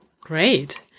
Great